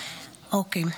אוקיי.